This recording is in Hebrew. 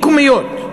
מקומיות.